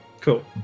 Cool